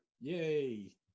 yay